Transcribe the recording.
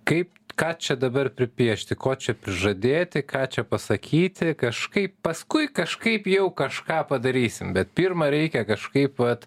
kaip ką čia dabar pripiešti ko čia prižadėti ką čia pasakyti kažkaip paskui kažkaip jau kažką padarysim bet pirma reikia kažkaip vat